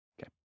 Okay